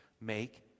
Make